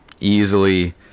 easily